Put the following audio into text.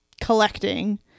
collecting